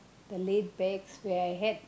the laid back when I had